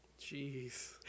jeez